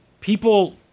people